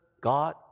God